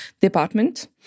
department